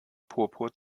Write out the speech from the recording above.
purpur